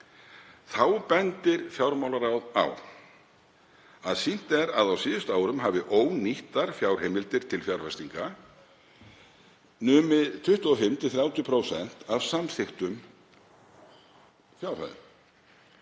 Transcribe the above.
Þá bendir fjármálaráð á að sýnt er að á síðustu árum hafi ónýttar fjárheimildir til fjárfestinga numið 25–30% af samþykktum fjárhæðum.